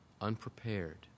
unprepared